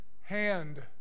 hand